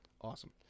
Awesome